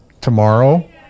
tomorrow